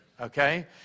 okay